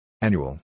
Annual